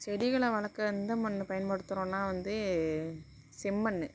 செடிகளை வளர்க்க எந்த மண்ணை பயன்படுத்துகிறோன்னா வந்து செம்மண்